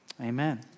Amen